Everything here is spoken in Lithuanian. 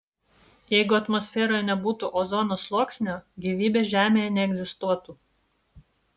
jeigu atmosferoje nebūtų ozono sluoksnio gyvybė žemėje neegzistuotų